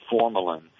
formalin